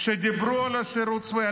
דיברו על השירות הצבאי,